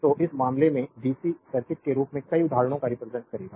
तो इस मामले में डीसी सर्किट के रूप में कई उदाहरणों का रिप्रेजेंट करेगा